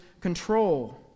control